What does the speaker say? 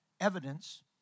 evidence